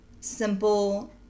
simple